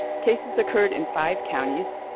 cases occurred in five counties.